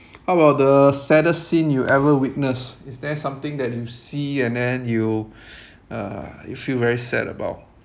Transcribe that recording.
how about the saddest scene you ever witness is there something that you see and then you uh you feel very sad about